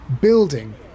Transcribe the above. building